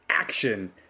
Action